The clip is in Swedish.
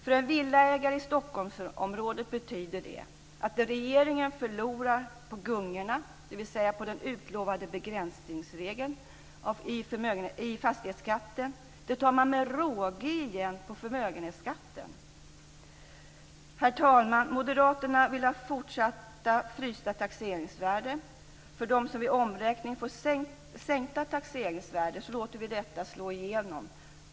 För en villaägare i Stockholmsområdet betyder det att det som regeringen förlorar på gungorna, dvs. på den utlovade begränsningsregeln i fastighetsskatten, tar man med råge igen på förmögenhetsskatten. Herr talman! Moderaterna vill att taxeringsvärdena ska vara frysta även i fortsättningen. För dem som vid omräkning får sänkta taxeringsvärden låter vi detta slå igenom.